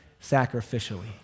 sacrificially